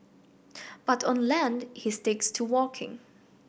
but on land he sticks to walking